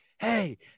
Hey